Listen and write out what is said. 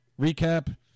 recap